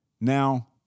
Now